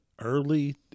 early